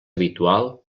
habitual